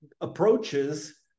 approaches